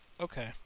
Okay